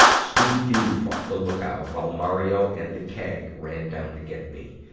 scooby doo fought the lookout, while mario and the keg ran down to get me.